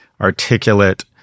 articulate